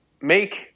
make